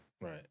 right